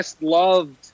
loved